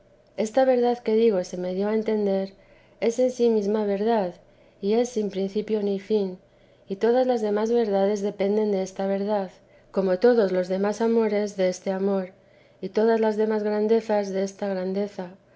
esta verdad que digo se me dio a entender es en sí mesma verdad y es sin principio ni fin y todas las demás verdades dependen desta verdad como todos los demás amores deste amor y todas las demás grandezas desta grandeza